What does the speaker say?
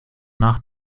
nach